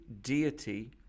deity